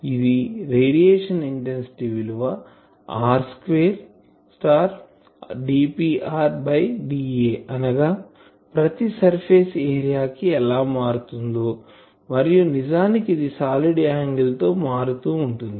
ఇది radiation intensity విలువ r2 dPr dA అనగా ప్రతి సర్ఫేస్ ఏరియా కి ఎలా మారుతుందో మరియు నిజానికి ఇది సాలిడ్ యాంగిల్ తో మారుతూ ఉంటుంది